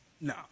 no